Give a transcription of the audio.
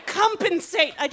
compensate